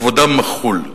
כבודם מחול,